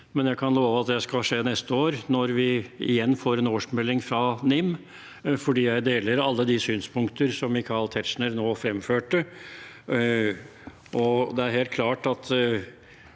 Jeg kan love at det skal skje neste år, når vi igjen får en årsmelding fra NIM, for jeg deler alle de synspunkter som Michael Tetzschner nå fremførte.